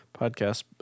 podcast